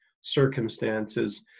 circumstances